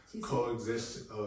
coexist